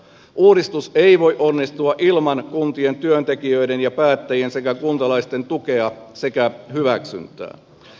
uudistus ei voi onnistua ilman kuntien työntekijöiden ja päättäjien sekä kuntalaisten tukea sekä hyväksyntää